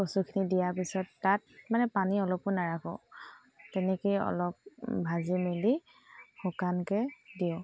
কচুখিনি দিয়াৰ পিছত তাত মানে পানী অলপো নাৰাখোঁ তেনেকেই অলপ ভাজি মেলি শুকানকৈ দিওঁ